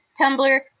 tumblr